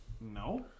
No